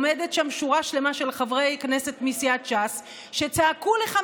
עומדת שם שורה שלמה של חברי כנסת מסיעת ש"ס שצעקו לך,